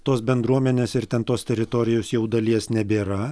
tos bendruomenės ir ten tos teritorijos jau dalies nebėra